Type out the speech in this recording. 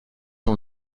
ont